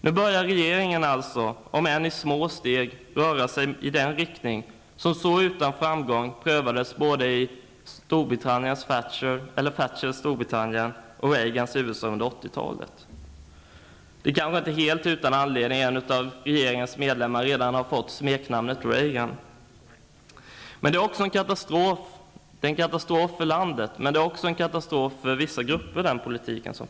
Nu börjar regeringen alltså, om än i små steg, röra sig i den riktning som så utan framgång under 80-talet prövades i både Thatchers Storbritannien och Reagans USA. Det är kanske inte helt utan anledning som en av regeringens medlemmar redan har fått öknamnet ''Reagan''. Den politik som förs är en katastrof för landet, men också för vissa grupper.